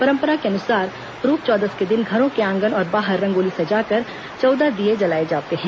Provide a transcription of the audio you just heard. परंपरा के अनुसार रूप चौदस के दिन घरों के आंगन और बाहर रंगोली सजाकर चौदह दीये जलाए जाते हैं